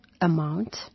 amount